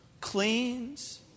cleans